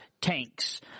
tanks